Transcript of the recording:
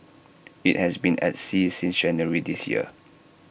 IT has been at sea since January this year